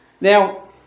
now